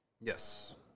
Yes